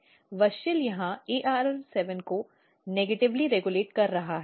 WUSCHEL यहां ARR7 को negatively regulate कर रहा है